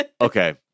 Okay